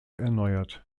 erneuert